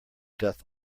doth